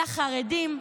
לחרדים,